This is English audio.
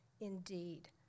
Indeed